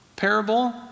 parable